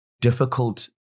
difficult